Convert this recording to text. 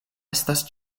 estas